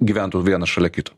gyventų vienas šalia kito